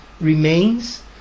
remains